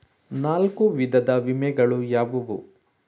ನಾಲ್ಕು ವಿಧದ ವಿಮೆಗಳು ಯಾವುವು?